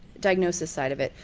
diagnosis side of it,